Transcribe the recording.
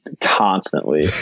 constantly